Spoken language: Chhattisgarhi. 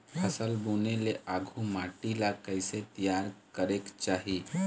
फसल बुने ले आघु माटी ला कइसे तियार करेक चाही?